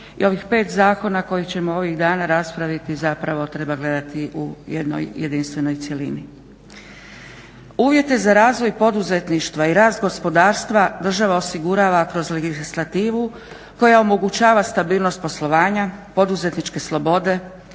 i ovih pet zakona koje ćemo ovih dana raspraviti zapravo treba gledati u jednoj jedinstvenoj cjelini. Uvjeti za razvoj poduzetništva i rast gospodarstva država osigurava kroz legislativu koja omogućava stabilnost poslovanja, poduzetničke slobode,